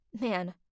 Man